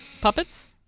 puppets